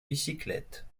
bicyclettes